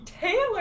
Taylor